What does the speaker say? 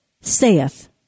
saith